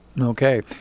Okay